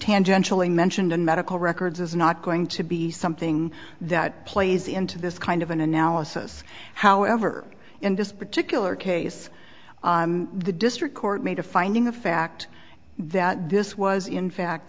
tangentially mentioned in medical records is not going to be something that plays into this kind of an analysis however in this particular case the district court made a finding of fact that this was in fact